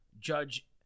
Judge